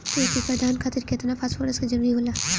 एक एकड़ धान खातीर केतना फास्फोरस के जरूरी होला?